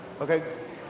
Okay